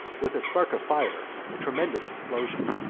with a spark of fire, a tremendous explosion.